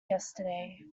yesterday